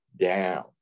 down